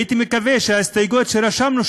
והייתי מקווה שההסתייגויות שרשמנו,